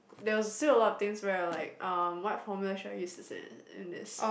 there was still a lot of things where I will like uh what formula should I use is in in this